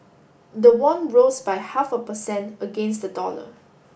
the won rose by half a per cent against the dollar